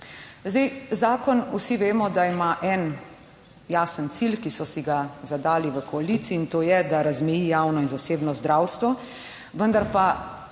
Zdaj, zakon vsi vemo, da ima en jasen cilj, ki so si ga zadali v koaliciji in to je, da razmeji javno in zasebno zdravstvo, vendar pa